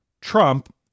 Trump